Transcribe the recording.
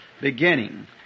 beginning